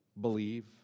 believe